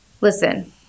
Listen